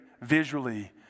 visually